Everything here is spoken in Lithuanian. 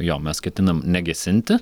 jo mes ketinam negesinti